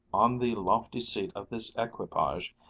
on the lofty seat of this equipage,